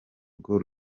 rwo